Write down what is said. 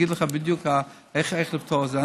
להגיד לך בדיוק איך לפתור את זה.